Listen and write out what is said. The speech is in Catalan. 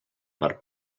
per